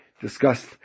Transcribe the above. discussed